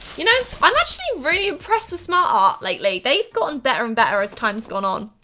you know, i'm actually really impressed with smartart ah lately. they've gotten better and better as time's gone on.